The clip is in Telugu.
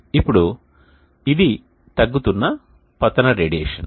ఇప్పుడు ఇది తగ్గుతున్న పతన రేడియేషన్